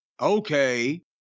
Okay